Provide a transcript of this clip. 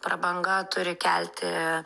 prabanga turi kelti